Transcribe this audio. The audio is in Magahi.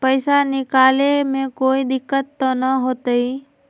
पैसा निकाले में कोई दिक्कत त न होतई?